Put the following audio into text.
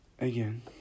again